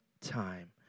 time